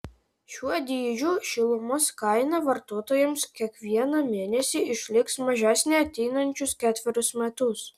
šiuo dydžiu šilumos kaina vartotojams kiekvieną mėnesį išliks mažesnė ateinančius ketverius metus